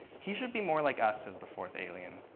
he should be more like us, says the fourth alien.